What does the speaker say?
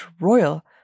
royal